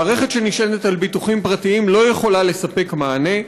מערכת שנשענת על ביטוחים פרטיים לא יכולה לספק מענה.